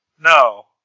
No